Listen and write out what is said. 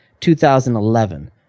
2011